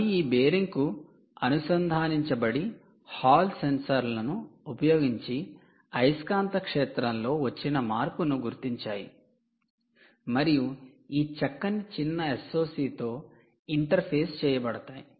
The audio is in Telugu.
అవి ఈ బేరింగ్కు అనుసంధానించబడి హాల్ సెన్సార్లను ఉపయోగించి అయస్కాంత క్షేత్రంలో వచ్చిన మార్పును గుర్తించాయి మరియు ఈ చక్కని చిన్న SOC తో ఇంటర్ఫేస్ చేయబడతాయి